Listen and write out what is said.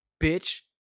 Bitch